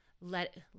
let